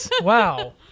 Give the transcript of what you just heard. Wow